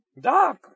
Doc